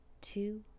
two